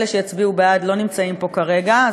אלה שיצביעו בעד לא נמצאים פה כרגע,